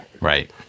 Right